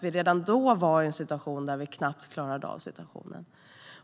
Redan då var kommunerna i en situation som de knappt klarade av.